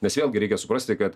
nes vėlgi reikia suprasti kad